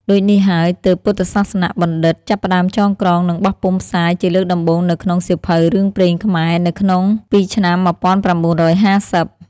ដូចនេះហើយទើប ពុទ្ធសាសនបណ្ឌិត្យ ចាប់ផ្តើមចងក្រង និងបោះពុម្ពផ្សាយជាលើកដំបូងនៅក្នុង សៀវភៅរឿងព្រេងខ្មែរ នៅក្នុងពី ឆ្នាំ១៩៥០។